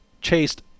chased